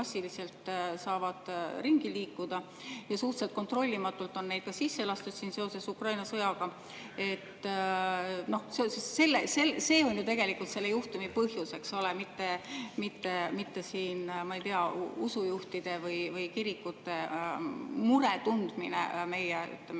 ringi liikuda ja suhteliselt kontrollimatult on neid ka sisse lastud seoses Ukraina sõjaga. See on ju tegelikult selle juhtumi põhjus, mitte, ma ei tea, usujuhtide või kirikute muretundmine meie